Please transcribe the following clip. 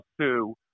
sue